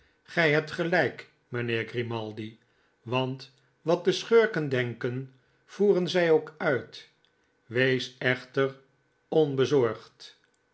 gij hebt gelijk mijnheer grimaldi want wat de schurken denken voeren zij ook uit wees echter onbezorgd